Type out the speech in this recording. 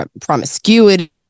promiscuity